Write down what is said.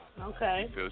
Okay